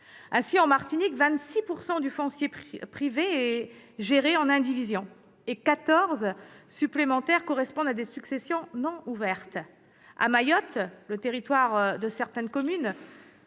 Ainsi, en Martinique, 26 % du foncier privé est géré en indivision et 14 % supplémentaires correspondent à des successions ouvertes. À Mayotte, le territoire de certaines communes